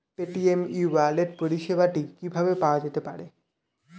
Paytm e wallet পরিষেবাটি কিভাবে পাওয়া যেতে পারে?